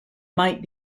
might